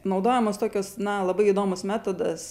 naudojamos tokios na labai įdomus metodas